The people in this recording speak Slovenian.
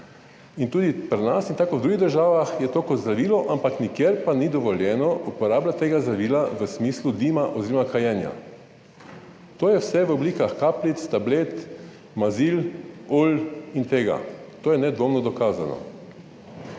in tudi pri nas in tako kot v drugih državah je to kot zdravilo, ampak nikjer pa ni dovoljeno uporabljati tega zdravila v smislu dima oziroma kajenja. To je vse v oblikah kapljic, tablet, mazil, olj in tega, to je nedvomno dokazano.